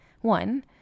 One